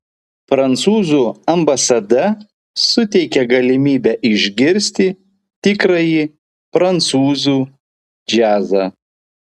prancūzų ambasada suteikia galimybę išgirsti tikrąjį prancūzų džiazą